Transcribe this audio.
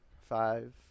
five